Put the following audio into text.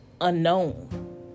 unknown